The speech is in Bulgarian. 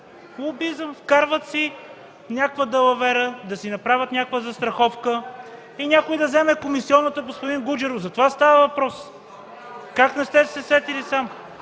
лобизъм! Вкарват си някаква далавера – да си направят някаква застраховка и някой да вземе комисионната, господин Гуджеров. (Шум и реплики.) Затова става въпрос. Как не сте се сетили сам?